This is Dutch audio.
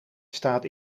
staat